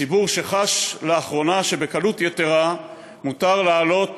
ציבור זה חש לאחרונה שבקלות יתרה מותר להעלות את